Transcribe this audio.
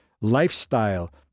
lifestyle